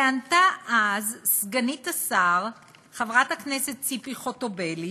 וענתה אז סגנית השר, חברת הכנסת ציפי חוטובלי: